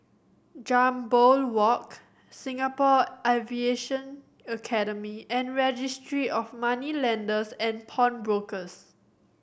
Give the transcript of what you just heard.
Jambol Walk Singapore Aviation Academy and Registry of Moneylenders and Pawnbrokers